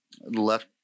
left